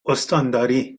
استانداری